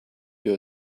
your